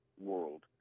world